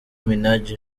minaj